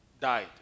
died